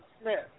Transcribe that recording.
Smith